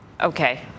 Okay